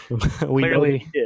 clearly